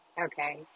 Okay